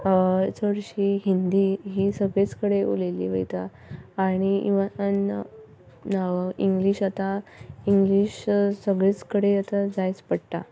चडशी हिंदी ही सगळीच कडे उलयल्ली वयता आनी इवन इंग्लीश आतां इंग्लीश सगलीच कडेन आतां जायच पडटा